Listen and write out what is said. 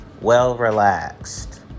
well-relaxed